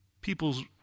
people's